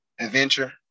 adventure